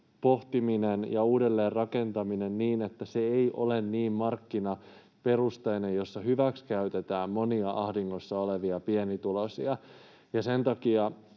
pohtiminen ja uudelleenrakentaminen niin, että se ei ole niin markkinaperusteinen, jossa hyväksikäytetään monia ahdingossa olevia pienituloisia, ja sen takia